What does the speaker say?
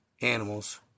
animals